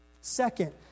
Second